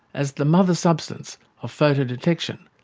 as the mother substance of photo-detection.